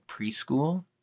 preschool